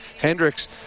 Hendricks